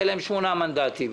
יהיה להם שמונה מנדטים.